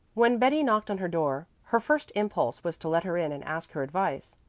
when betty knocked on her door, her first impulse was to let her in and ask her advice.